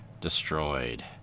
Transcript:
destroyed